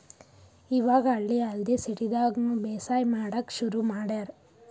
ಇವಾಗ್ ಹಳ್ಳಿ ಅಲ್ದೆ ಸಿಟಿದಾಗ್ನು ಬೇಸಾಯ್ ಮಾಡಕ್ಕ್ ಶುರು ಮಾಡ್ಯಾರ್